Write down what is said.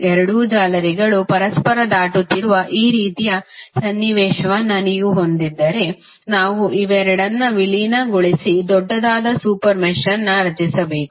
ಎರಡು ಜಾಲರಿಗಳು ಪರಸ್ಪರ ದಾಟುತ್ತಿರುವ ಈ ರೀತಿಯ ಸನ್ನಿವೇಶವನ್ನು ನೀವು ಹೊಂದಿದ್ದರೆ ನಾವು ಇವೆರಡನ್ನೂ ವಿಲೀನಗೊಳಿಸಿ ದೊಡ್ಡದಾದ ಸೂಪರ್ ಮೆಶ್ಯನ್ನು ರಚಿಸಬೇಕು